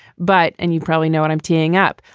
but and you probably know what i'm teeing up.